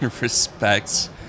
respects